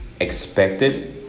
expected